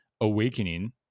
Awakening